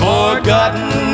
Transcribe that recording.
Forgotten